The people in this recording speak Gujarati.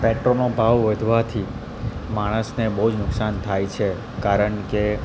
પેટ્રોલનો ભાવ વધવાથી માણસને બહુ જ નુકસાન થાય છે કારણ કે